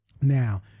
Now